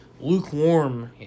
lukewarm